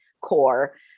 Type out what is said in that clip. core